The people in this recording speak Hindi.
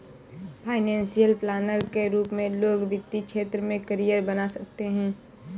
फाइनेंशियल प्लानर के रूप में लोग वित्तीय क्षेत्र में करियर बना सकते हैं